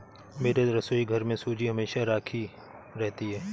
मेरे रसोईघर में सूजी हमेशा राखी रहती है